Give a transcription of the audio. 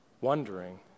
wondering